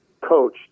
coach